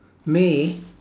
me